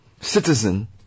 citizen